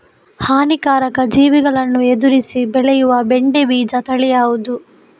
ಹಾನಿಕಾರಕ ಜೀವಿಗಳನ್ನು ಎದುರಿಸಿ ಬೆಳೆಯುವ ಬೆಂಡೆ ಬೀಜ ತಳಿ ಯಾವ್ದು?